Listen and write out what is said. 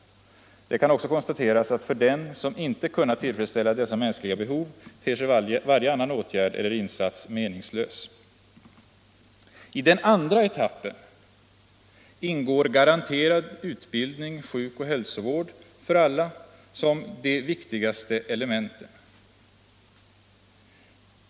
Det kan också konstateras att för den, som inte kunnat tillfredsställa dessa mänskliga behov, ter sig varje annan åtgärd eller insats meningslös. I den andra etappen ingår garanterad utbildning, sjukoch hälsovård för alla som de viktigaste elementen.